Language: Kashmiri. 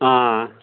آ